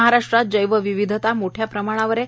महाराष्ट्रात जैव विविधता मोठ्या प्रमाणावर आहे